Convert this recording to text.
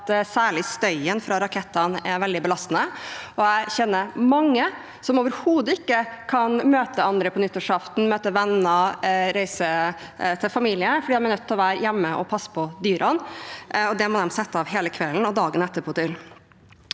særlig støyen fra rakettene er veldig belastende. Jeg kjenner mange som overhodet ikke kan møte andre på nyttårsaften, møte venner eller reise til familie, fordi de er nødt til å være hjemme og passe på dyrene. Det må de sette av hele kvelden og dagen etterpå